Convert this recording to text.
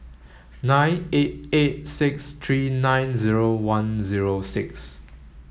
nine eight eight six three nine zero one zero six